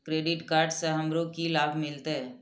Credit card से हमरो की लाभ मिलते?